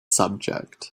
subject